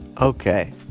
Okay